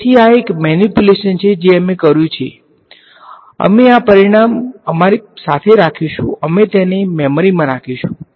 તેથી આ એક મેનીપ્યુલેશન છે જે અમે કર્યું છે તેથી અમે આ પરિણામ અમારી સાથે રાખીશું અમે તેને મેમરીમાં રાખીશું